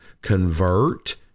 convert